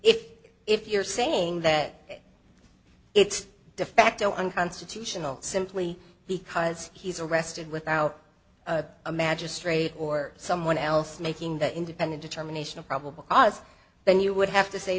if if you're saying that it's defacto unconstitutional simply because he's arrested without a a magistrate or someone else making the independent determination of probable cause then you would have to say